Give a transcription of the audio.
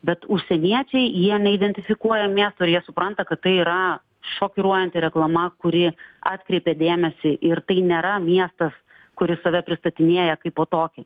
bet užsieniečiai jie neidentifikuoja miesto ir jie supranta kad tai yra šokiruojanti reklama kuri atkreipia dėmesį ir tai nėra miestas kuris save pristatinėja kaipo tokį